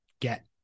get